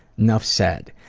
nuff said.